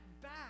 back